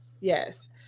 Yes